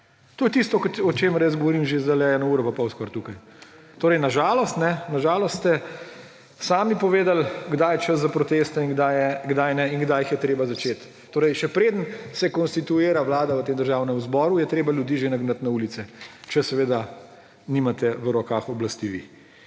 To je tisto, o čemer jaz sedajle govorim že skoraj eno uro in pol tukaj. Na žalost ste sami povedali, kdaj je čas za proteste in kdaj ne ter kdaj jih je treba začeti. Torej še preden se konstituira vlada v tem državnem zboru, je treba ljudi že nagnati na ulice, če seveda nimate v rokah oblasti vi.